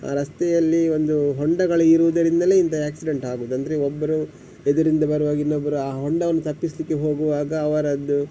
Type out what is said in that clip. ರಸ್ತೆಯಲ್ಲಿ ಒಂದು ಹೊಂಡಗಳು ಇರುವುದರಿಂದಲೇ ಇಂತಹ ಆ್ಯಕ್ಸಿಡೆಂಟ್ ಆಗೋದು ಅಂದರೆ ಒಬ್ಬರು ಎದುರಿಂದ ಬರುವಾಗ ಇನ್ನೊಬ್ಬರು ಆ ಹೊಂಡವನ್ನು ತಪ್ಪಿಸಲಿಕ್ಕೆ ಹೋಗುವಾಗ ಅವರದ್ದು